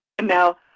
Now